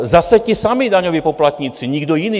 Zase ti samí daňoví poplatníci, nikdo jiný.